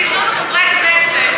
זה זלזול בחברי הכנסת.